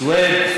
סווד?